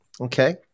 okay